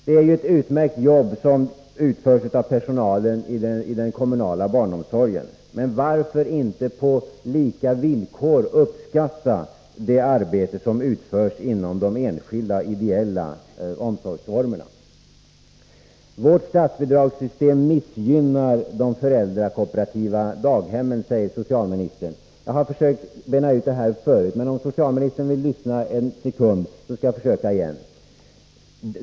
Det är ju ett utmärkt arbete som utförs av personalen i den kommunala barnomsorgen, men varför inte på lika villkor uppskatta det arbete som utförs inom de enskilda och ideella omsorgsformerna? Vårt statsbidragssystem missgynnar de föräldrakooperativa daghemmen, säger socialministern. Jag har försökt bena ut det här förut, men om socialministern vill lyssna en sekund skall jag försöka igen.